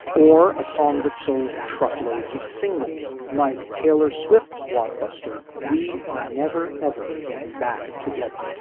or a song that sold truckloads of singles like taylor swift's blockbuster we are never, ever getting back together